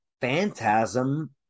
phantasm